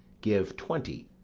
give twenty,